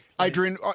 Adrian